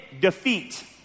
defeat